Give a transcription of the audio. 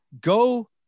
go